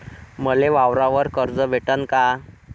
मले वावरावर कर्ज भेटन का?